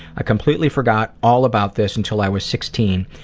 i completely forgot all about this until i was sixteen,